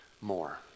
more